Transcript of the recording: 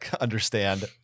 understand